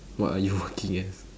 what are you working as